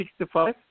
65